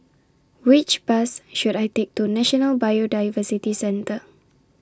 Which Bus should I Take to National Biodiversity Centre